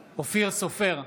בעד אורית מלכה סטרוק,